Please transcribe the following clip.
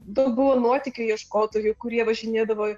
daug buvo nuotykių ieškotojų kurie važinėdavo